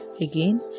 Again